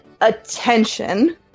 attention